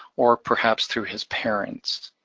or perhaps through his parents.